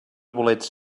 bolets